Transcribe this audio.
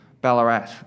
Ballarat